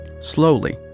Slowly